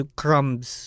crumbs